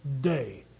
day